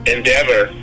Endeavor